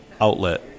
outlet